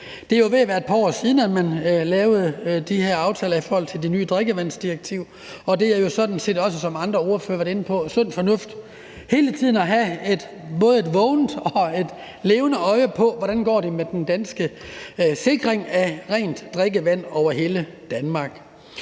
Det er jo ved at være et par år siden, man lavede de her aftaler i forhold til det nye drikkevandsdirektiv, og det er jo sådan set også, som andre ordførere også har været inde på, sund fornuft hele tiden at have et vågent øje på, hvordan det går med sikringen af rent drikkevand i hele Danmark.